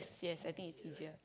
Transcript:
yes I think it's easier